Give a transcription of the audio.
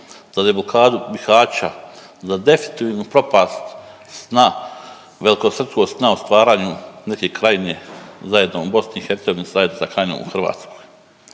za deblokadu Bihaća, za definitivnu propast sna, velikosrpskog sna o stvaranju neke Krajine zajedno u BiH zajedno sa Krajinom u Hrvatskoj?